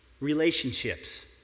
relationships